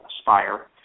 Aspire